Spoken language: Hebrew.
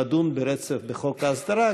לדון ברצף בחוק ההסדרה,